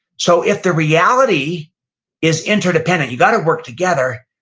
so, if the reality is interdependent, you gotta work together,